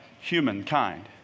humankind